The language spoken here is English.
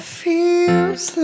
feels